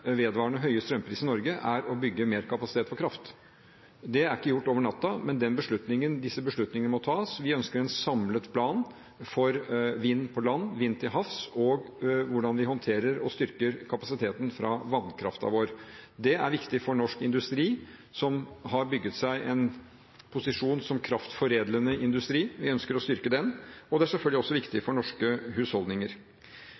vedvarende høye strømpriser i Norge er å bygge mer kapasitet for kraft. Det er ikke gjort over natten, men disse beslutningene må tas. Vi ønsker en samlet plan for vind på land, vind til havs og for hvordan vi håndterer og styrker kapasiteten fra vannkraften vår. Det er viktig for norsk industri, som har bygget seg en posisjon som kraftforedlende industri. Vi ønsker å styrke den. Det er selvfølgelig også viktig